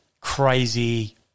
crazy